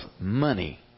money